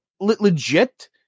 legit